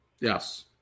Yes